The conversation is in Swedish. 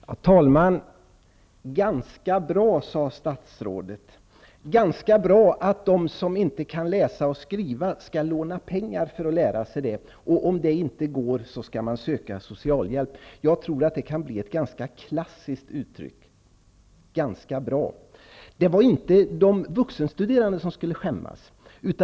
Herr talman! Ganska bra, sade statsrådet. De som inte kan läsa och skriva skall låna pengar för att lära sig det. Om det inte går skall man söka socialbidrag. Jag tror att det kan bli ett ganska klassiskt uttryck: Ganska bra. Det var inte de vuxenstuderande som skulle skämmas.